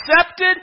accepted